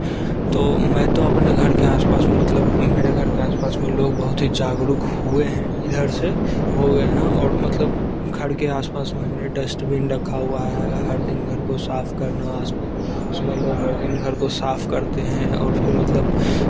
तो मैं तो अपने घर के आस पास हूँ मतलब मेरे घर के आस पास में लोग बहुत ही जागरूक हुए हैं इधर से हो गए हैं और मतलब घर के आस पास मैंने डस्टबीन रखा हुआ है हर दिन घर को साफ़ करना आस पास लो हर दिन घर को साफ़ करते हैं और फिर मतलब